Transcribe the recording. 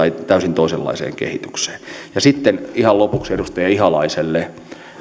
toisenlaiseen kehitykseen sitten ihan lopuksi edustaja ihalaiselle